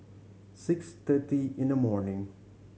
six thirty in the morning